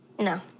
No